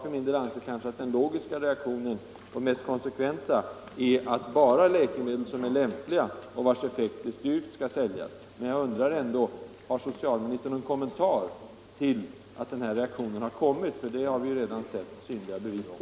För min del anser jag att den konsekventa linjen är, att bara läkemedel som är lämpliga och vilkas effekt är styrkt skall säljas. Jag undrar om socialministern har någon kommentar till denna reaktion. Att den har kommit har vi ju redan fått synliga bevis på.